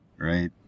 Right